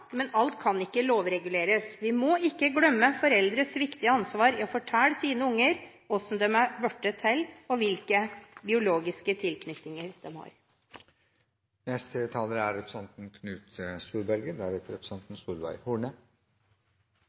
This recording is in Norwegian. men alt kan ikke lovreguleres. Vi må ikke glemme foreldres viktige ansvar for å fortelle sine barn hvordan de er blitt til, og hvilken biologisk tilknytning de har.